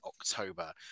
October